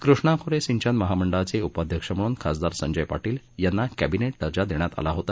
कृष्णा खोरे सिंचन महामंडळाचे उपाध्यक्ष म्हणून खासदार संजय पाटील यांना कॅबिनेट दर्जा देण्यात आला होता